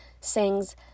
sings